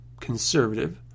conservative